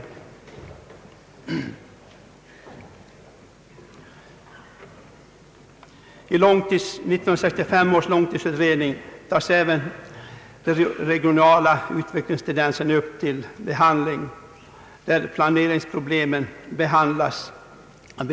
1965 års långtidsutredning tar även upp de regionala utvecklingstendenserna, varvid planeringsproblemen behandlas.